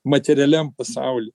materialiam pasauly